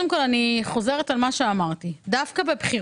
קודם כול, אני חוזרת על מה שאמרתי: דווקא בבחירות